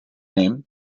name